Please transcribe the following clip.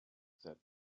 that